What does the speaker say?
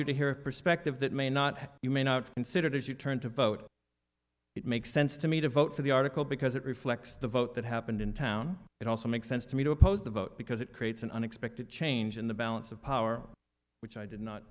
you to hear a perspective that may not you may not considered as you turn to vote it makes sense to me to vote for the article because it reflects the vote that happened in town it also makes sense to me to oppose the vote because it creates an unexpected change in the balance of power which i did not